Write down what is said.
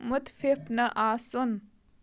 مُتفِف نہَ آسُن